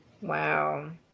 Wow